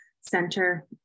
center